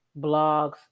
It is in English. blogs